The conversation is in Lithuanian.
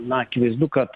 na akivaizdu kad